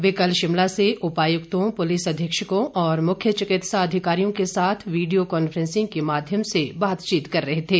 वे कल शिमला से उपायुक्तों पुलिस अधीक्षकों और मुख्य चिकित्सा अधिकारियों के साथ वीडियो कांफ्रेंसिंग के माध्यम से बातचीत कर रहे थे